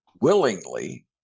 willingly